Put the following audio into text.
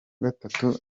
gatatu